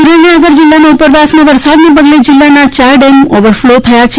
સુરેન્દ્રનગર જિલ્લામાં ઉપરવાસમાં વરસાદના પગલે જિલ્લાના ચાર ડેમ ઓવરફલો થયા છે